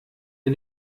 ihr